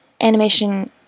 animation